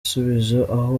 ikibazo